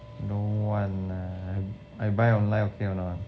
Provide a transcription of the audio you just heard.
don't want lah I buy online okay or not